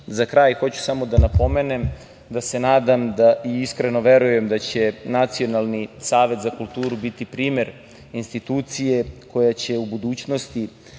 kraj hoću samo da napomenem da se nadam i iskreno verujem da će Nacionalni savet za kulturu biti primer institucije koja će u budućnosti